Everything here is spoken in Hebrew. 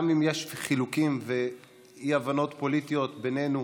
גם אם יש מחלוקות ואי-הבנות פוליטיות בינינו